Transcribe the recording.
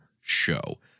show